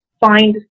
find